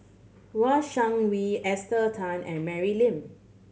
Shang Wei Esther Tan and Mary Lim